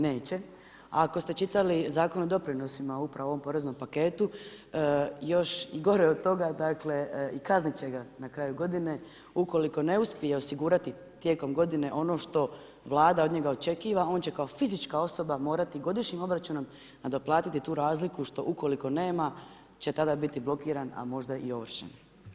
Neće. ako ste čitali Zakon o doprinosima upravo u ovom poreznom paketu, još gore od toga, dakle i kaznit će ga na kraju godine ukoliko ne uspije osigurati tijekom godine ono što Vlada od njega očekiva, on će kao fizička osoba godišnjim obračunom nadoplatiti tu razliku, ukoliko nema će tada biti blokiran a možda i ovršen.